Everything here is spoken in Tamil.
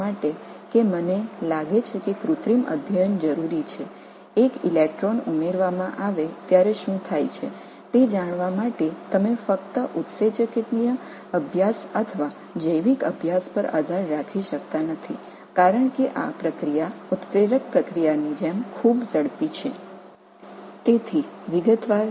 செயற்கை ஆய்வுகள் அவசியம் என்று நான் கருதுகிறேன் என்பதைப் புரிந்து கொள்ள ஒரு எலக்ட்ரான் சேர்க்கப்படும்போது என்ன நடக்கும் என்பதை நிமிட விவரங்களில் புரிந்து கொள்ள நீங்கள் நொதி ஆய்வுகள் அல்லது உயிரியல் ஆய்வுகளை நம்ப முடியாது ஏனெனில் இந்த செயல்முறை வினையூக்க செயல்முறை போல மிக வேகமாக இருக்கும்